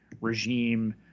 regime